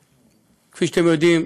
כפי שאתם יודעים,